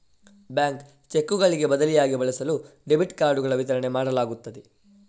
bank ಚೆಕ್ಕುಗಳಿಗೆ ಬದಲಿಯಾಗಿ ಬಳಸಲು ಡೆಬಿಟ್ ಕಾರ್ಡುಗಳ ವಿತರಣೆ ಮಾಡಲಾಗುತ್ತದೆ